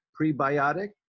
Prebiotic